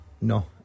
No